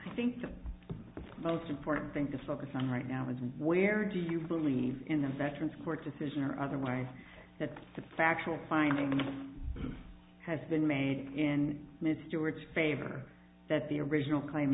i think the most important thing to focus on right now is where do you believe in the veterans court decision or otherwise that the factual finding that has been made in ms stewart's favor that the original claim